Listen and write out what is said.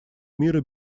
мира